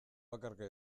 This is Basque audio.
bakarka